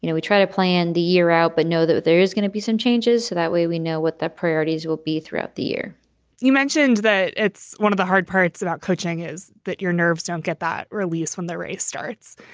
you know we try to plan the year out, but know that there is going to be some changes. that way we know what the priorities will be throughout the year you mentioned that it's one of the hard parts about coaching is that your nerves don't get that release when the race starts.